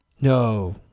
no